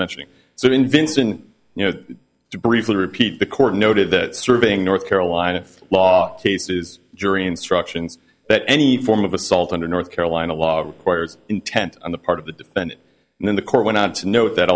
vincent you know briefly repeat the court noted that serving north carolina law cases jury instructions that any form of assault under north carolina law requires intent on the part of the defendant and then the court went out to note that